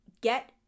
get